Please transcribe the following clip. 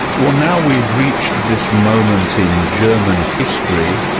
well, now we've reached this moment in german history.